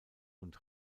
und